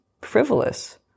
frivolous